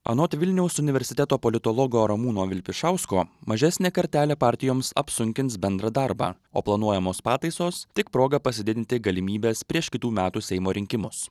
anot vilniaus universiteto politologo ramūno vilpišausko mažesnė kartelė partijoms apsunkins bendrą darbą o planuojamos pataisos tik proga pasididinti galimybes prieš kitų metų seimo rinkimus